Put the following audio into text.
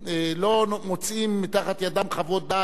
דעת סתמיות שהם יכולים לשנות אותן.